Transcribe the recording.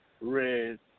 red